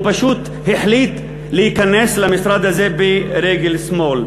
הוא פשוט החליט להיכנס למשרד הזה ברגל שמאל.